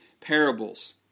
parables